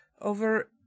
over